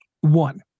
One